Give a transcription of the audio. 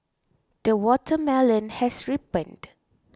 the watermelon has ripened